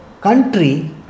country